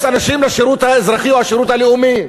אנשים לשירות האזרחי או השירות הלאומי.